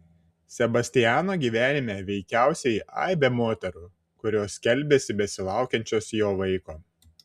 sebastiano gyvenime veikiausiai aibė moterų kurios skelbiasi besilaukiančios jo vaiko